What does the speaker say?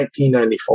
1994